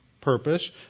purpose